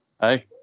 hey